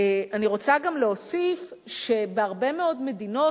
אני רוצה גם להוסיף שבהרבה מאוד מדינות,